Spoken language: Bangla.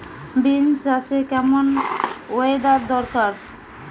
বিন্স চাষে কেমন ওয়েদার দরকার?